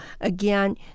again